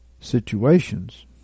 situations